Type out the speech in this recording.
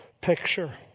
picture